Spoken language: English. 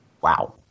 Wow